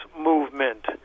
movement